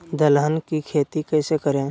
दलहन की खेती कैसे करें?